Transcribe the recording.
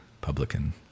Publican